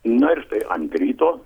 na ir štai ant ryto